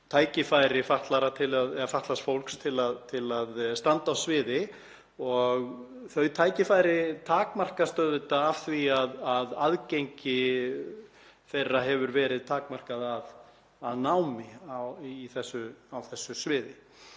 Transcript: tækifæri fatlaðs fólks til að standa á sviði. Þau tækifæri takmarkast auðvitað af því að aðgengi þeirra hefur verið takmarkað að námi á þessu sviði.